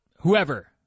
whoever